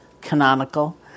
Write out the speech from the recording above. canonical